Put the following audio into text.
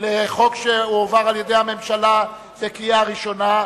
לחוק שהועבר על-ידי הממשלה בקריאה ראשונה,